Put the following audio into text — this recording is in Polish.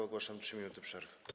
Ogłaszam 3 minuty przerwy.